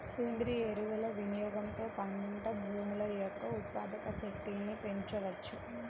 సేంద్రీయ ఎరువుల వినియోగంతో పంట భూముల యొక్క ఉత్పాదక శక్తిని పెంచవచ్చు